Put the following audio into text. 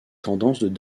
tendances